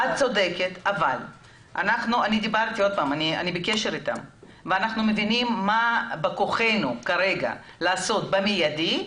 את צודקת אבל אני בקשר איתם ואנחנו מבינים מה בכוחנו לעשות במידי,